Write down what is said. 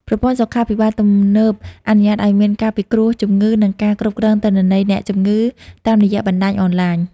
ប្រព័ន្ធសុខាភិបាលទំនើបអនុញ្ញាតឱ្យមានការពិគ្រោះជំងឺ និងការគ្រប់គ្រងទិន្នន័យអ្នកជំងឺតាមរយៈបណ្ដាញអនឡាញ។